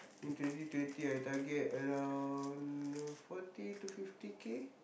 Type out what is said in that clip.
in twenty twenty I target around forty to fifty K